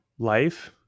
life